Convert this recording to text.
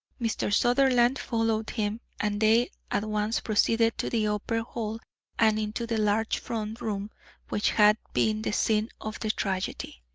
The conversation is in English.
mr. sutherland followed him, and they at once proceeded to the upper hall and into the large front room which had been the scene of the tragedy.